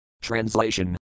Translation